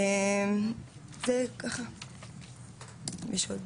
זה עלה לי בראש עכשיו שאני יודעת שקיבלתן